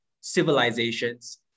Civilizations